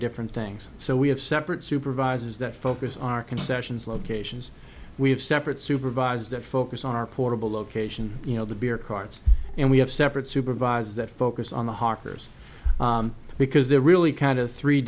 different things so we have separate supervisors that focus our concessions locations we have separate supervisors that focus on our portable location you know the beer carts and we have separate supervisors that focus on the harker's because they're really kind of three